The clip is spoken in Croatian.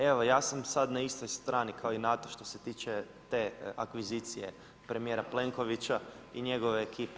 Evo ja sam sada na istoj strani kao i NATO što se tiče te akvizicije premijera Plenkovića i njegove ekipe.